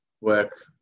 work